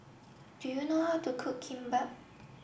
do you know how to cook Kimbap